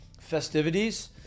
festivities